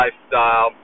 lifestyle